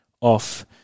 off